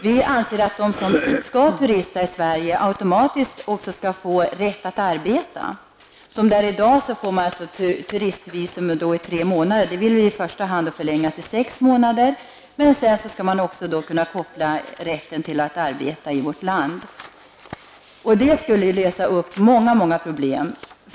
Vi anser att de som skall turista i Sverige automatiskt skall få rätt att arbeta. Som det är i dag får man tre månaders turistvisum. Det vill vi i första hand förlänga till sex månader, men till detta skall också kunna kopplas rätten att arbeta i vårt land. Detta skulle lösa många problem.